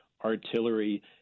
artillery